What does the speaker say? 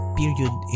period